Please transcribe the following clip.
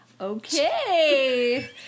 Okay